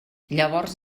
llavors